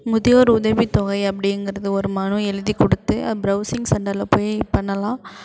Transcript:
முதியோர் உதவித்தொகை அப்படிங்கறது ஒரு மனு எழுதிக் கொடுத்து அப் ப்ரொவ்சிங் சென்டரில் போய் பண்ணலாம்